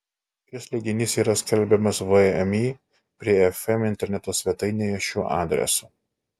šis leidinys yra skelbiamas vmi prie fm interneto svetainėje šiuo adresu